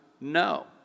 No